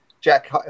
Jack